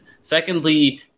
Secondly